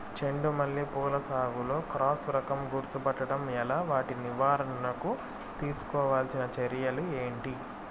చెండు మల్లి పూల సాగులో క్రాస్ రకం గుర్తుపట్టడం ఎలా? వాటి నివారణకు తీసుకోవాల్సిన చర్యలు ఏంటి?